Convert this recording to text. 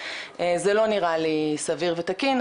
זה לא נראה לי סביר ותקין,